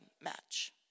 match